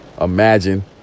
imagine